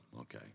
okay